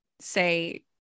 say